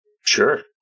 Sure